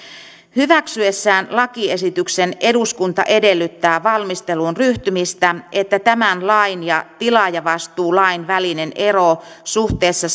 hyväksyessään lakiesityksen eduskunta edellyttää valmisteluun ryhtymistä että tämän lain ja tilaajavastuulain välinen ero suhteessa